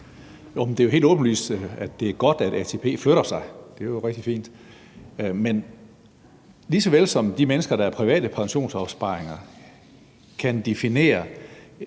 Det er helt åbenlyst, at det er godt, at ATP flytter sig; det er jo rigtig fint. Men lige så vel som at de mennesker, der har private pensionsopsparinger, kan definere,